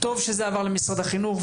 טוב שזה עבר למשרד החינוך,